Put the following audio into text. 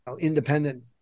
independent